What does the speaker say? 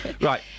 Right